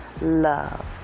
love